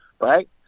right